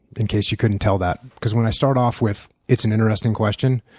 in case you couldn't tell that. because when i start off with it's an interesting question,